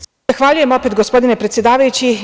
Zahvaljujem, gospodine predsedavajući.